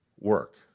work